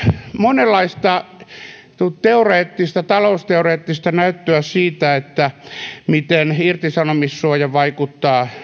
monenlaista talousteoreettista näyttöä siitä miten irtisanomissuoja vaikuttaa